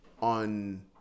on